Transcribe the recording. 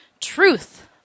Truth